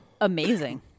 amazing